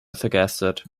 suggested